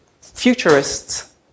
futurists